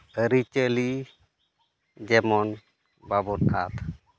ᱟᱹᱨᱤᱪᱟᱹᱞᱤ ᱡᱮᱢᱚᱱ ᱵᱟᱵᱚ ᱟᱫᱽ